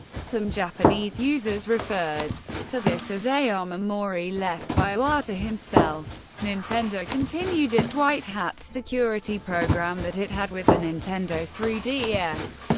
some japanese users referred to this as a um omamori left by iwata himself. nintendo continued its white hat security program that it had with the nintendo three ds.